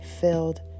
filled